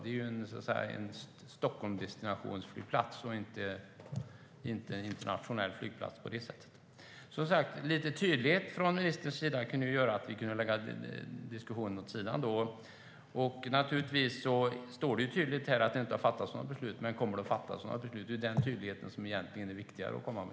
Det är en flygplats för destinationen Stockholm och inte en internationell flygplats. Med lite mer tydlighet från ministern skulle vi kunna lägga diskussionen åt sidan. I svaret sägs tydligt att det inte har fattats något beslut. Men frågan är om det kommer att fattas något beslut. Denna tydlighet är det viktigare att komma med.